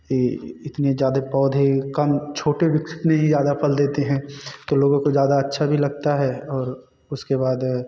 कि इतने ज़्यादा पौधे कम छोटे विकसित में ही ज़्यादा फल देते हैं तो लोगों को ज़्यादा अच्छा भी लगता है और उसके बाद